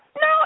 No